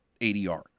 ADR